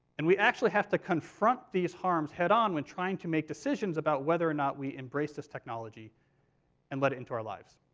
and we actually have to confront these harms head-on when trying to make decisions about whether or not we embrace this technology and let it into our lives.